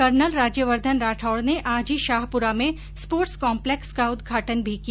colonel Rajyavardhan Rathore आज ही शाहपुरा में स्पोर्टस कॉम्पलेक्स का उद्घाटन किया